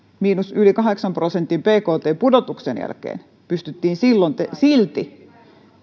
yli kahdeksan prosentin bkt pudotuksen jälkeen pystyttiin silti